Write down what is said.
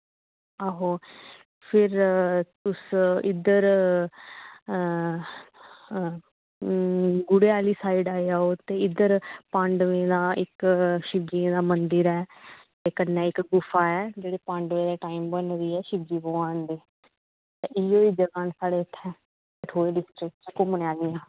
आहो फिर तुस इद्धर गुड़ै आह्ली साइड आई जाओ ते इद्धर पांडवें दा इक्क शिव जी दा मंदर ऐ ते कन्नै इक्क गुफा ऐ जेह्की पांडवें दे टैम बनी दी शिवजी दी ते जगहा न साढ़ी डिस्ट्रिकट च जेह्ड़ियां घुम्मनै आह्लियां